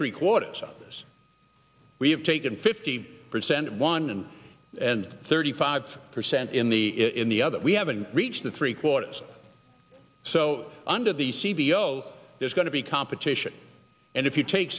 three quarters of this we have taken fifty percent one and thirty five percent in the in the other we haven't reached the three quarters so under the cvo there's going to be competition and if you take